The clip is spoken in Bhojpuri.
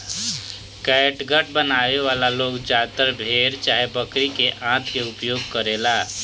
कैटगट बनावे वाला लोग ज्यादातर भेड़ चाहे बकरी के आंत के उपयोग करेले